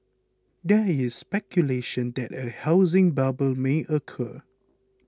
there is speculation that a housing bubble may occur